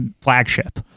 flagship